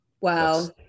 wow